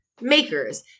makers